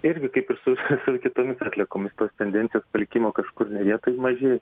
irgi kaip ir su su kitomis atliekomis tos tendencijos pirkimo kažkur vietoj maži